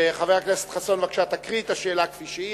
חבר הכנסת חסון, בבקשה, תקריא את השאלה כפי שהיא.